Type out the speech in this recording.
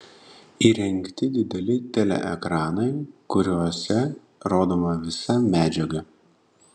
įrengti dideli teleekranai kuriuose rodoma visa medžiaga